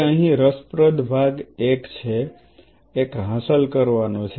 હવે અહીં રસપ્રદ ભાગ એક છે એક હાંસલ કરવાનો છે